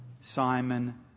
Simon